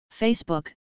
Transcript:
Facebook